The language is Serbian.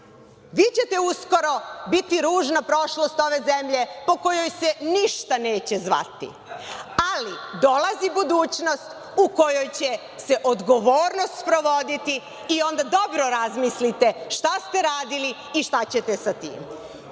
ćete uskoro biti ružna prošlost ove zemlje po kojoj se ništa neće zvati, ali dolazi budućnost u kojoj će se odgovornost sprovoditi i onda dobro razmislite šta ste radili i šta ćete sa